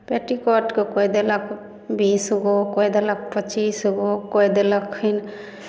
petticoat के कोइ देलक बीस गो कोइ देलक पच्चीस गो कोइ देलखिन